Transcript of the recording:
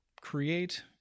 create